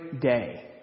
day